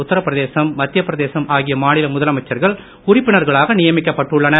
உத்திரப்பிரதேசம் மத்தியப்பிரதேசம் மாநில ஆகிய முதலமைச்சர்கள் உறுப்பினர்களாக நியமிக்கப்பட்டுள்ளனர்